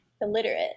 illiterate